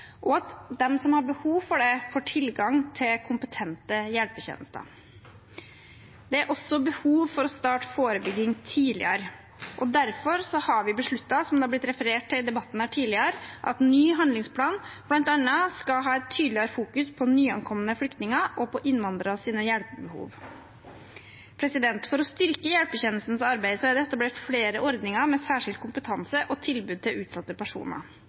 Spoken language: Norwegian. og at de som har behov for det, får tilgang til kompetente hjelpetjenester. Det er også behov for å starte forebygging tidligere. Derfor har vi besluttet – som også referert til i debatten tidligere – at en ny handlingsplan bl.a. skal ha et tydeligere fokus på nyankomne flyktninger og innvandreres hjelpebehov. For å styrke hjelpetjenestenes arbeid er det etablert flere ordninger med særskilt kompetanse og tilbud til utsatte personer.